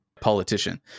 politician